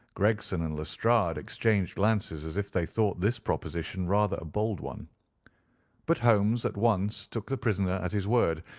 gregson and lestrade exchanged glances as if they thought this proposition rather a bold one but holmes at once took the prisoner at his word,